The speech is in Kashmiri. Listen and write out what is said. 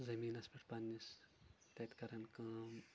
زمیٖنَس پٮ۪ٹھ پَنٕنِس تَتہِ کران کٲم